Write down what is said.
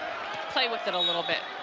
play with it a little bit.